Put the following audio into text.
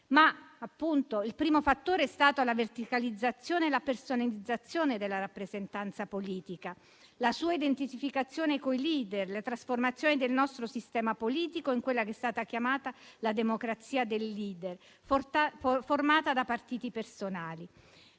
Ma, appunto, il primo fattore sono state la verticalizzazione e la personalizzazione della rappresentanza politica, la sua identificazione con i *leader*, la trasformazione del nostro sistema politico in quella che è stata chiamata la democrazia del *leader*, formata da partiti personali;